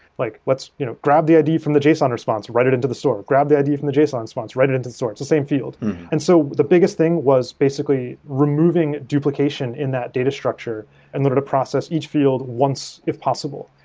like, let's you know grab the id from the json response and write it into the store, or grab the id from the json response, write it into store. it's the same field and so the biggest thing was basically removing duplication in that data structure in order to process each field once if possible.